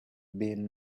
been